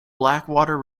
blackwater